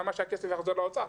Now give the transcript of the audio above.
למה שהכסף יחזור לאוצר.